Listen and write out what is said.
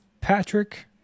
Patrick